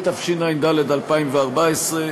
התשע"ד 2014,